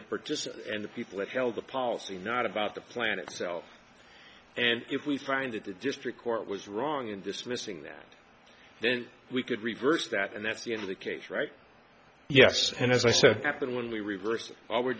purchase and the people that held the policy not about the plan itself and if we find that the district court was wrong in dismissing that then we could reverse that and that's the end of the case right yes and as i said happened when we reversed all we're